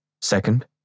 Second